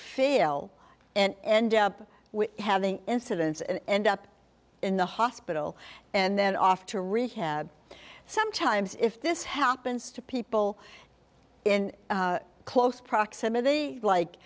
feel and end up with having incidents and end up in the hospital and then off to rehab sometimes if this happens to people in close proximity like